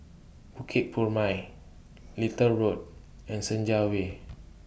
Bukit Purmei Little Road and Senja Way